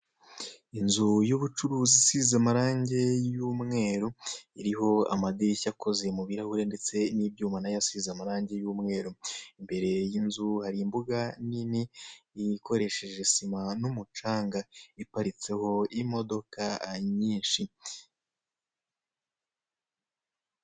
Inzu y'ubucuruzi, isize amarange y'umweru, iriho amadirishya akoze mu birahure ndetse n'ibyuma, na yo asize amarange y'umweru. Imbere y'inzu hari imbuga nini, ikoresheje sima n'umucanga. Iparitseho imodoka nyinshi.